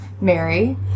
Mary